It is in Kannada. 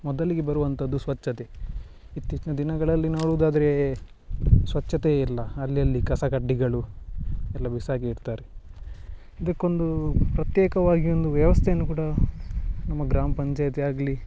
ಮೊದಲಿಗೆ ಬರುವಂಥದ್ದು ಸ್ವಚ್ಛತೆ ಇತ್ತೀಚಿನ ದಿನಗಳಲ್ಲಿ ನೋಡುದಾದರೆ ಸ್ವಚ್ಛತೆಯೇ ಇಲ್ಲ ಅಲ್ಲಲ್ಲಿ ಕಸ ಕಡ್ಡಿಗಳು ಎಲ್ಲ ಬಿಸಾಕಿ ಇರ್ತಾರೆ ಅದಕ್ಕೊಂದು ಪ್ರತ್ಯೇಕವಾಗಿ ಒಂದು ವ್ಯವಸ್ಥೆಯನ್ನು ಕೂಡ ನಮ್ಮ ಗ್ರಾಮ ಪಂಚಾಯ್ತಿಯಾಗಲಿ